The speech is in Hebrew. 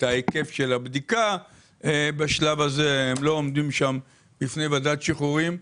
את ההיקף של הבדיקה בשלב הזה כי הרי הם לא עומדים שם בפני ועדת שחרורים,